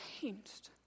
changed